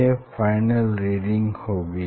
यह final reading होगी